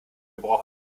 gebrochen